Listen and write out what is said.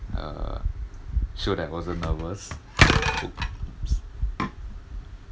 uh show that I wasn't nervous